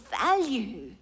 value